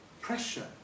pressure